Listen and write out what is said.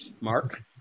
Mark